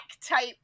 type